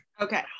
Okay